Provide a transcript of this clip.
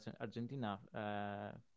Argentina